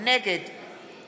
נגד